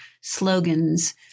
slogans